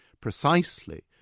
precisely